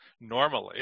normally